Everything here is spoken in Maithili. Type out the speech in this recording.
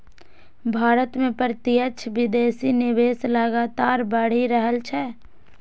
भारत मे प्रत्यक्ष विदेशी निवेश लगातार बढ़ि रहल छै